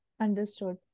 understood